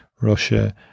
Russia